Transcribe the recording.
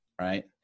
right